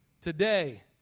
Today